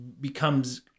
becomes